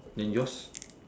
then yours